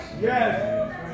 Yes